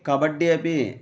कबड्डी अपि